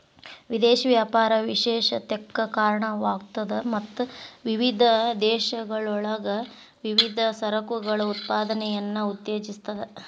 ವಿದೇಶಿ ವ್ಯಾಪಾರ ವಿಶೇಷತೆಕ್ಕ ಕಾರಣವಾಗ್ತದ ಮತ್ತ ವಿವಿಧ ದೇಶಗಳೊಳಗ ವಿವಿಧ ಸರಕುಗಳ ಉತ್ಪಾದನೆಯನ್ನ ಉತ್ತೇಜಿಸ್ತದ